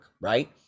right